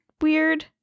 weird